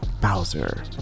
Bowser